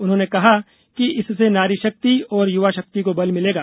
उन्होंने कहा कि इससे नारी शक्ति और युवा शक्ति को बल मिलेगा